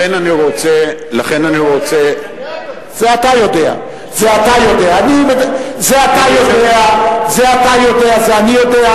זה אתה יודע, זה אני יודע.